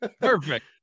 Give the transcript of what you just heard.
Perfect